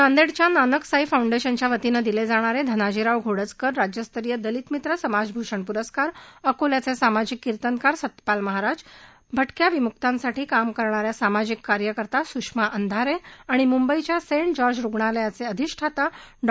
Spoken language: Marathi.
नांदेडच्या नानक साई फाउंडेशनच्या वतीनं दिले जाणारे श्री धनाजीराव घोडजकर राज्यस्तरीय दलितमित्र समाजभूषण पुरस्कार अकोल्याचे सामाजिक किर्तनकार सत्यपाल महाराज भटक्या विमुकांसाठी काम करणाऱ्या सामाजिक कार्यकर्त्या सुषमा अंधारे आणि मुंबईच्या सेंट जॉर्ज रुग्णालयाचे अधिष्ठाता डॉ